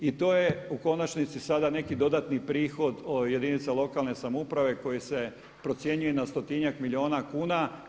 I to je u konačnici sada neki dodatni prihod jedinicama lokalne samouprave koji se procjenjuje na stotinjak milijuna kuna.